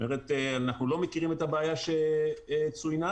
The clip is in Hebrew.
זאת אומרת אנחנו לא מכירים את הבעיה כפי שצוינה,